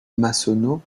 massonneau